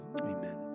amen